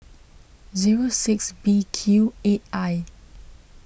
zero six B Q eight I